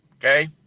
okay